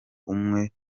umwe